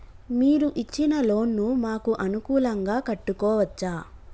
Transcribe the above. మీరు ఇచ్చిన లోన్ ను మాకు అనుకూలంగా కట్టుకోవచ్చా?